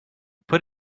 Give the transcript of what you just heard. put